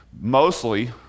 mostly